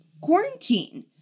quarantine